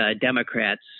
Democrats